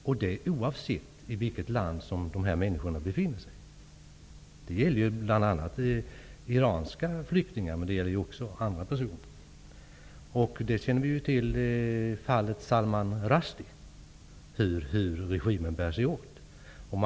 Det sker oavsett i vilket land dessa människor befinner sig. Det gäller bl.a. iranska flyktingar, men det gäller också andra personer. Vi känner till hur regimen bär sig åt från fallet Salman Rushdie.